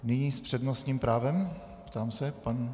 Nyní s přednostním právem, ptám se, pan...